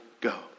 go